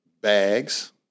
bags